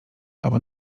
albo